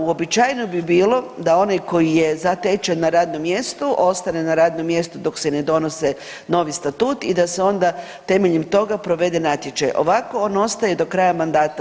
Uobičajeno bi bilo da onaj koji je zatečen na radnom mjestu ostane na radnom mjestu dok se ne donose novi statut i da se onda temeljem toga provede natječaj, ovako on ostaje do kraja mandata.